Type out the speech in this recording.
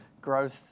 growth